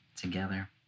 together